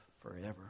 forever